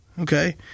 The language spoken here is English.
Okay